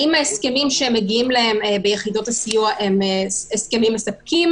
האם ההסכמים שמגיעים אליהם ביחידות הסיוע הם הסכמים מספקים?